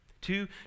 Two